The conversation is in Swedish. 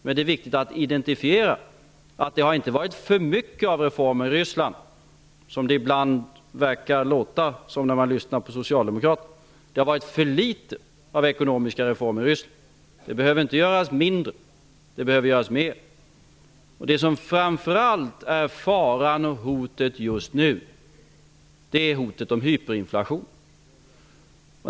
Men det är viktigt att identifiera att det inte har varit för mycket av reformer i Ryssland, som det ibland låter som när man lyssnar på socialdemokraterna. Det har varit för litet av ekonomiska reformer i Ryssland. Det behöver inte göras mindre, det behöver göras mer. Det som framför allt är faran och hotet just nu är risken för hyperinflation.